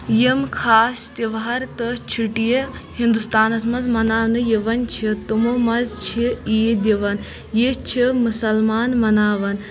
یِم خاص تِہوار تہٕ چھُٹیہِ ہِندُستانَس منٛز مَناونہٕ یِوان چھِ تِمو منٛز چھِ عیٖد یِوان یہِ چھِ مُسلمان مَناوان